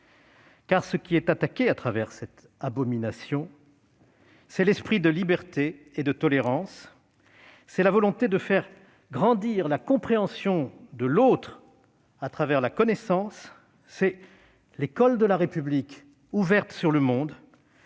Car ce qui est attaqué à travers cette abomination, c'est l'esprit de liberté et de tolérance, c'est la volonté de faire grandir la compréhension de l'autre à travers la connaissance, c'est l'école de la République ouverte sur le monde,